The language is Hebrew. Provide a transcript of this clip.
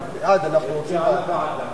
נתקבלה.